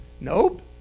Nope